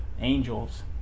Angels